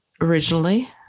originally